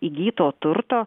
įgyto turto